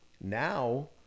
Now